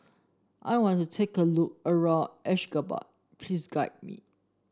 I want to have a look around Ashgabat please guide me